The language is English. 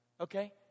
okay